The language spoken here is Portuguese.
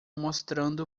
mostrando